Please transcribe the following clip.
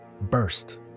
burst